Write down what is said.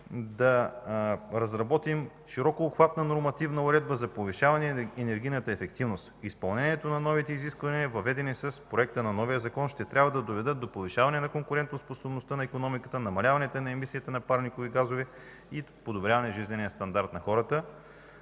да разработим широкообхватна нормативна уредба за повишаване на енергийната ефективност. Изпълнението на новите изисквания, въведени с проекта на новия закон, ще трябва да доведат до повишаване на конкурентоспособността на икономиката, намаляване на емисиите на парникови газове и подобряване на жизнения стандарт на хората.